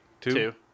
two